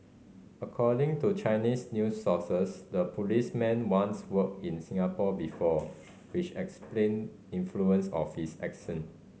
according to Chinese news sources the policeman once worked in Singapore before which explain influence of his accent